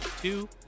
two